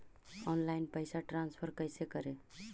Online पैसा transfer कैसे करे?